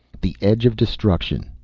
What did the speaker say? the edge of destruction.